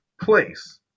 place